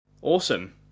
Awesome